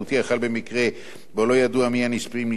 שבו לא ידוע מי מהנספים נפטר ראשון,